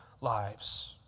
lives